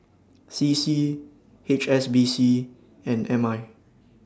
C C H S B C and M I